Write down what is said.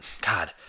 God